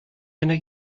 einer